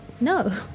No